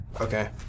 Okay